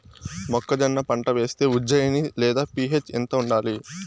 మొక్కజొన్న పంట వేస్తే ఉజ్జయని లేదా పి.హెచ్ ఎంత ఉండాలి?